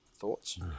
Thoughts